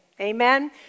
Amen